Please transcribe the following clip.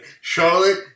Charlotte